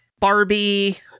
Barbie